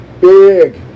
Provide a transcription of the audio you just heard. Big